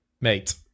Mate